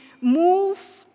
move